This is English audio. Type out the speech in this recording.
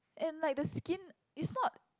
and like the skin is not